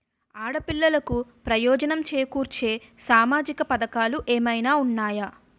ఆడపిల్లలకు ప్రయోజనం చేకూర్చే సామాజిక పథకాలు ఏమైనా ఉన్నాయా?